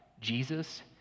Jesus